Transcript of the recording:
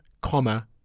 comma